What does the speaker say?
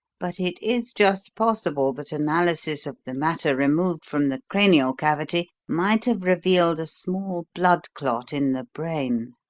but it is just possible that analysis of the matter removed from the cranial cavity might have revealed a small blood-clot in the brain.